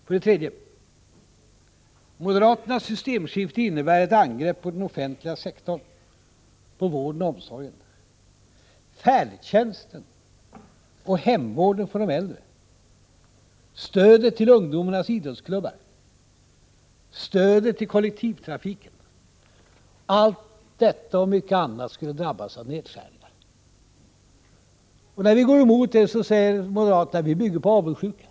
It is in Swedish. För det tredje: Moderaternas ”systemskifte” innebär ett angrepp på den offentliga sektorn, på vården och omsorgen. Färdtjänsten och hemvården för de äldre, stödet till ungdomarnas idrottsklubbar, stödet till kollektivtrafiken — allt detta och mycket annat skulle drabbas av nedskärningar. När vi går emot det säger moderaterna att vi bygger på avundsjukan.